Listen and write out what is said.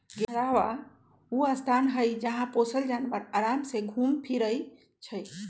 घेरहबा ऊ स्थान हई जहा पोशल जानवर अराम से घुम फिरइ छइ